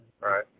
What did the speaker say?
Right